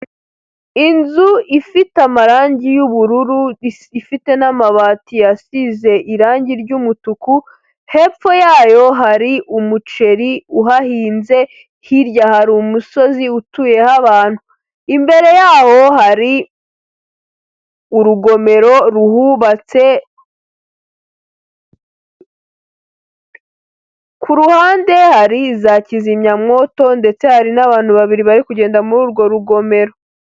Inzu ifite amarangi y’ubururu ifite n'amabati asize irangi ry'umutuku hepfo yayo hari umuceri uhahinze hirya hari umusozi utuyeho abantu imbere yaho ngo hari urugomero ruhubatse ku ruhande hari za kizimyamwoto ndetse hari n'abantu babiri bari kugenda muri urwo rugomero.